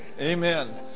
Amen